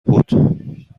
بود